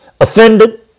offended